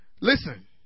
Listen